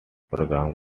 program